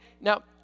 now